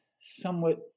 somewhat